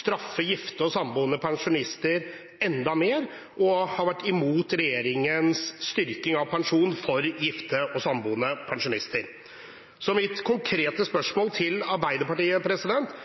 straffe gifte og samboende pensjonister enda mer, og at de har vært imot regjeringens styrking av pensjon for gifte og samboende pensjonister. Så mitt konkrete spørsmål til Arbeiderpartiet